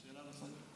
שאלה נוספת.